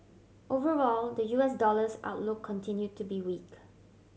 overall the U S dollar's outlook continue to be weak